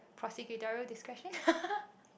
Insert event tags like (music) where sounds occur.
prosecutorial discretion (laughs)